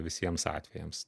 visiems atvejams